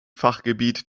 fachgebiet